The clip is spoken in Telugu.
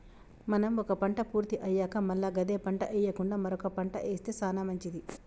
మనం ఒక పంట పూర్తి అయ్యాక మల్ల గదే పంట ఎయ్యకుండా మరొక పంట ఏస్తె సానా మంచిది